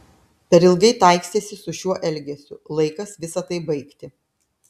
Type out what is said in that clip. per ilgai taikstėsi su šiuo elgesiu laikas visa tai baigti